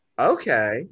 Okay